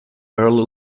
early